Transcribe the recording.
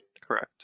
Correct